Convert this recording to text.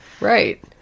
Right